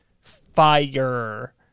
fire